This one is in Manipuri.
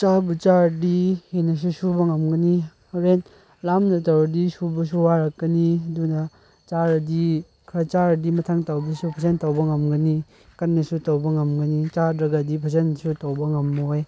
ꯆꯥꯕꯨ ꯆꯥꯔꯗꯤ ꯍꯦꯟꯅꯁꯨ ꯁꯨꯕ ꯉꯝꯒꯅꯤ ꯍꯣꯔꯦꯟ ꯂꯥꯝꯅ ꯇꯧꯔꯗꯤ ꯁꯨꯕꯁꯨ ꯋꯥꯔꯛꯀꯅꯤ ꯑꯗꯨꯅ ꯆꯥꯔꯗꯤ ꯈꯔ ꯆꯥꯔꯗꯤ ꯃꯊꯪ ꯇꯧꯕꯗꯁꯨ ꯐꯖꯅ ꯇꯧꯕ ꯉꯝꯒꯅꯤ ꯀꯟꯅꯁꯨ ꯇꯧꯕ ꯉꯝꯒꯅꯤ ꯆꯥꯗ꯭ꯔꯒꯗꯤ ꯐꯖꯅꯁꯨ ꯇꯧꯕ ꯉꯝꯃꯣꯏ